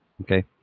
Okay